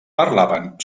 parlaven